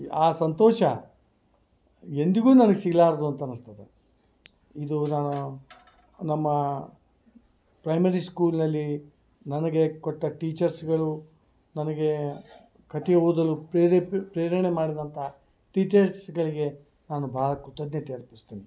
ಆ ಸಂತೋಷ ಎಂದಿಗೂ ನನ್ಗ ಸಿಗ್ಲಾರದು ಅಂತ ಅನಿಸ್ತದ ಇದೂನಾ ನಮ್ಮಾ ಪ್ರೈಮರಿ ಸ್ಕೂಲ್ನಲ್ಲಿ ನನಗೆ ಕೊಟ್ಟ ಟೀಚರ್ಸ್ಗಳು ನನಗೆ ಕತೆ ಓದಲು ಪ್ರೇರೇಪಿ ಪ್ರೇರಣೆ ಮಾಡಿದಂಥ ಟೀಚರ್ಸ್ಗಳಿಗೆ ನಾನು ಭಾಳ ಕೃತಜ್ಞತೆ ಅರ್ಪಿಸ್ತೀನಿ